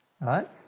right